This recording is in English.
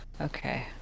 Okay